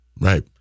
Right